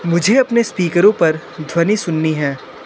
मुझे अपने स्पीकरों पर ध्वनि सुननी है